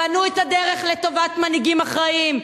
פנו את הדרך לטובת מנהיגים אחראיים.